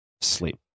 sleep